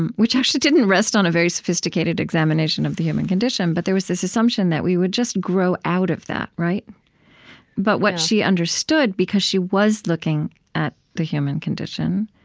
and which actually didn't rest on a very sophisticated examination of the human condition but there was this assumption that we would just grow out of that, right? yeah but what she understood, because she was looking at the human condition,